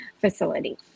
facility